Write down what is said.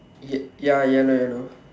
ya ya yellow yellow